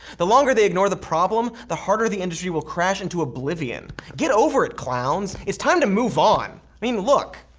the longer they ignore the real problem, the harder the industry will crash into oblivion. get over it, clowns. it's time to move on, i mean look.